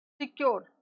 secure